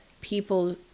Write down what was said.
people